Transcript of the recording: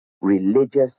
religious